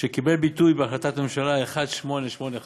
שקיבל ביטוי בהחלטת ממשלה מס' 1885